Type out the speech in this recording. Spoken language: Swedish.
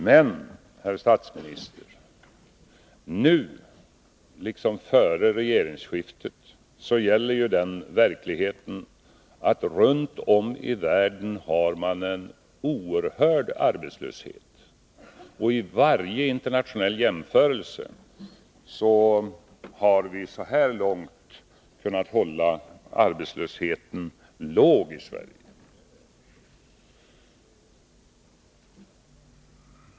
Men, herr statsminister, nu-—liksom före regeringsskiftet — gäller ju den verkligheten att man runt om i världen har en oerhörd arbetslöshet. Vid varje internationell jämförelse visar det sig att vi i Sverige så här långt har kunnat hålla arbetslösheten låg.